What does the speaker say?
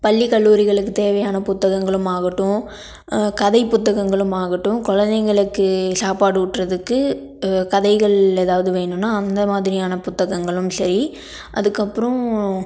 பள்ளி கல்லூரிகளுக்கு தேவையான புத்தகங்களும் ஆகட்டும் கதை புத்தகங்களும் ஆகட்டும் கொழந்தைங்களுக்கு சாப்பாடு ஊட்டுறதுக்கு கதைகள் ஏதாவது வேணுன்னால் அந்த மாதிரியான புத்தகங்களும் சரி அதுக்கப்புறம்